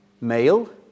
male